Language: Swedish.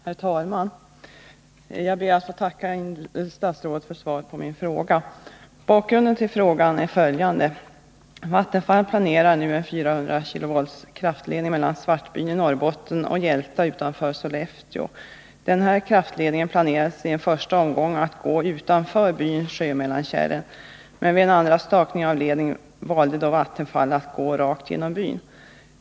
Herr talman! Jag ber att få tacka statsrådet för svaret på min fråga. Bakgrunden till frågan är följande. Vattenfall planerar nu en 400 kV kraftledning mellan Svartbyn i Norrbotten och Hjälta utanför Sollefteå. Denna kraftledning planerades i en första omgång att gå utanför byn Sjömellankälen, men vid en andra stakning av leden valde Vattenfall att gå rakt genom byn.